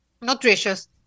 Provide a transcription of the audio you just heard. nutritious